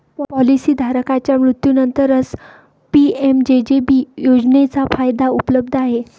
policy धारकाच्या मृत्यूनंतरच PMJJB योजनेचा फायदा उपलब्ध आहे